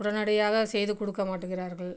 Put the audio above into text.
உடனடியாக செய்து கொடுக்க மாட்டிங்கிறார்கள்